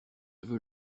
veux